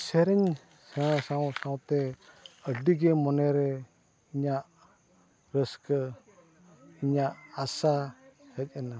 ᱥᱮᱨᱮᱧ ᱥᱮᱬᱟ ᱥᱟᱶᱼᱥᱟᱶᱛᱮ ᱟᱹᱰᱤᱜᱮ ᱢᱚᱱᱮᱨᱮ ᱤᱧᱟᱹᱜ ᱨᱟᱹᱥᱠᱟᱹ ᱤᱧᱟᱹᱜ ᱟᱥᱟ ᱦᱮᱡ ᱮᱱᱟ